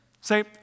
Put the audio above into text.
Say